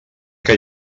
que